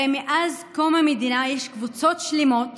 הרי מאז קום המדינה יש קבוצות שלמות